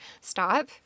stop